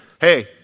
Hey